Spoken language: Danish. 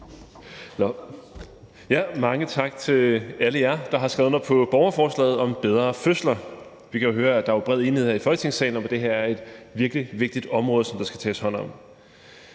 mange tak til alle jer, der har skrevet under på borgerforslaget om bedre fødsler. Vi kan jo høre, at der er bred enighed her i Folketingssalen om, at det her er et virkelig vigtigt område, som der skal tages hånd om.